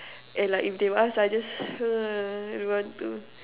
and like if they ask ah I just !hais! what to do